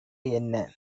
என்ன